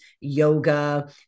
yoga